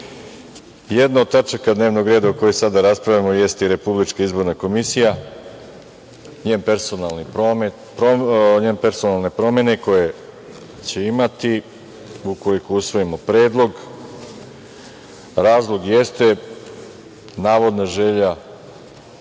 jedna od tačaka dnevnog reda o kojoj sada raspravljamo jeste i Republička izborna komisija, njene personalne promene koje će imati ukoliko usvojimo Predlog. Razlog jeste navodna želja